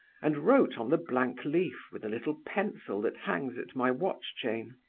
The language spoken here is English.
and wrote on the blank leaf, with the little pencil that hangs at my watch-chain